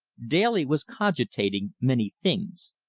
daly was cogitating many things.